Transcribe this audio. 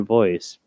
voice